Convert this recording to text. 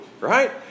Right